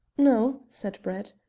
no, said brett,